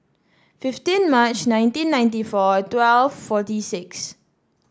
fifteen March nineteen ninety four twelve forty six